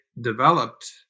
developed